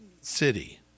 city